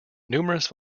numerous